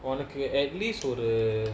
wanna clear at least for the